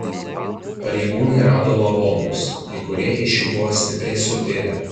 pareigūnai rado lavonus kai kurie iš jų buvo stipriai suirę